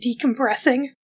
decompressing